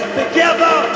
together